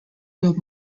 built